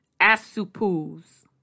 Asupus